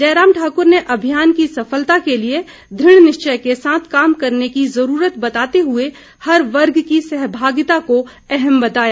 जयराम ठाकुर ने अभियान की सफलता के लिए दृढ़ निश्चय के साथ काम करने की ज़रूरत बताते हुए हर वर्ग की सहभागिता को अहम बताया